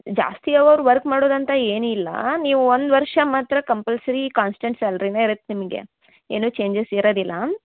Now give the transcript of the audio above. ಜಾಸ್ತಿ over work ಮಾಡೋದ ಅಂತ ಏನಿಲ್ಲಾ ನೀವು ಒಂದು ವರ್ಷ ಮಾತ್ರ ಕಂಪಲ್ಸರೀ ಕಾನ್ಸ್ಸ್ಟೆಂಟ್ ಸ್ಯಾಲ್ರಿನೆ ಇರತ್ತೆ ನಿಮಗೆ ಏನು ಚೇಂಜಸ್ ಇರದಿಲ್ಲ